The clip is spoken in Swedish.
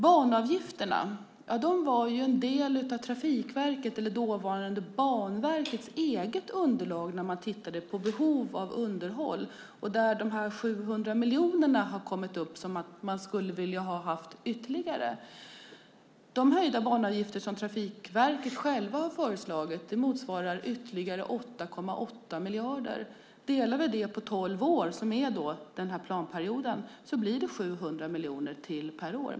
Banavgifterna var en del av Trafikverkets eller dåvarande Banverkets eget underlag när man tittade på behovet av underhåll, där har de 700 miljonerna kommit upp som att man skulle ha velat ha ytterligare pengar. De höjda banavgifter som Trafikverket har föreslagit motsvarar ytterligare 8,8 miljarder. Om vi delar det på tolv år, som är planperioden, blir det 700 miljoner ytterligare per år.